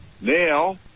Now